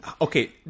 okay